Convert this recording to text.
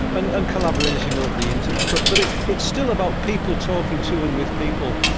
and and collaborating over the internet but but it's still about people talking to and with people.